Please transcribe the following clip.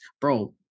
bro